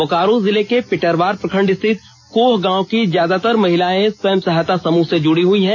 बोकारो जिले के पेटरवार प्रखंड स्थित कोह गांव की ज्यादातर महिलाएं स्वयं सहायता समूह से जुड़ी हुई हैं